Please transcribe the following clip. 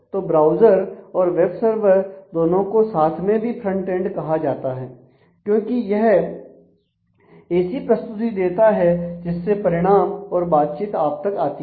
तो ब्राउज़र और web server दोनों को साथ में भी फ्रंट एंड कहा जाता है क्योंकि यह ऐसी प्रस्तुति देता है जिससे परिणाम और बातचीत आप तक आती है